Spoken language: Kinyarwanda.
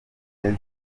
meza